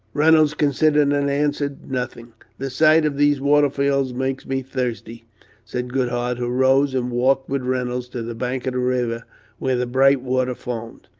reynolds considered, and answered, nothing. the sight of these waterfalls makes me thirsty said goodhart, who rose, and walked with reynolds to the bank of the river where the bright water foamed.